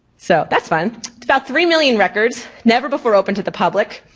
so that's fun. it's about three million records, never before open to the public,